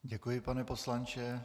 Děkuji, pane poslanče.